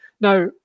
Now